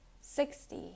sixty